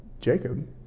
Jacob